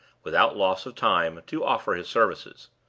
without loss of time, to offer his services.